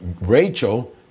Rachel